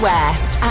West